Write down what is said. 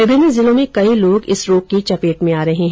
विभिन्न जिलों में कई लोग इस रोग की चपेट में आ रहे है